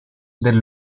del